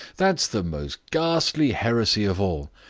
that's the most ghastly heresy of all.